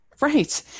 Right